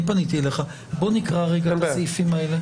נמשיך בקריאת הסעיפים האלה.